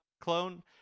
clone